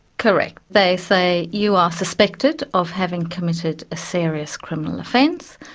correct. they say you are suspected of having committed a serious criminal offence,